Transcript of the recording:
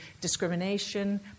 discrimination